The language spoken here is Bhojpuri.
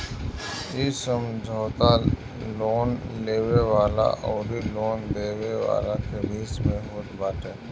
इ समझौता लोन लेवे वाला अउरी लोन देवे वाला के बीच में होत बाटे